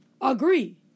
agree